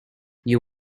you